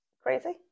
crazy